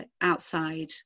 outside